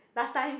last time he